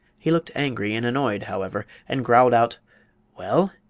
he looked angry and annoyed, however, and growled out well,